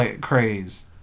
craze